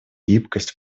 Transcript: гибкость